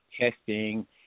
testing